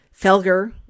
Felger